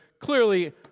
clearly